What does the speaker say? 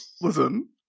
listen